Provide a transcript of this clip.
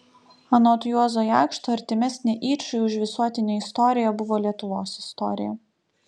anot juozo jakšto artimesnė yčui už visuotinę istoriją buvo lietuvos istorija